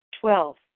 Twelve